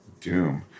doom